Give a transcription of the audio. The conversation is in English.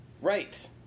Right